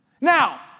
Now